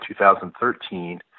2013